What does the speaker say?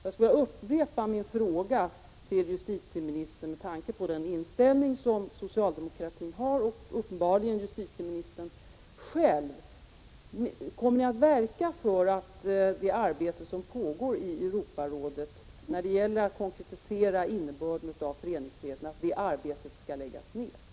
Jag skulle vilja upprepa min fråga till justitieministern, med tanke på den inställning som socialdemokratin har och som uppenbarligen justitieministern själv delar: Kommer ni att verka för att det arbete som pågår i Europarådet när det gäller att konkretisera innebörden av föreningsfriheten skall läggas ned?